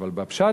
אבל בפשט,